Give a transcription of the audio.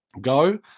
go